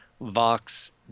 vox